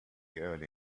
early